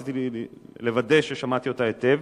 רציתי לוודא שאני שומע אותה היטב,